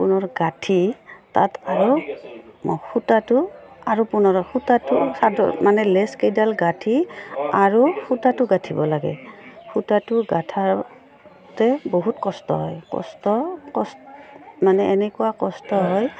পুনৰ গাঁঠি তাত আৰু সূতাটো আৰু পুনৰ সূতাটো চাদৰ মানে লেচকেইডাল গাঁঠি আৰু সূতাটো গাঁঠিব লাগে সূতাটো গাঁঠাতে বহুত কষ্ট হয় কষ্ট কষ্ট মানে এনেকুৱা কষ্ট হয়